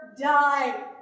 die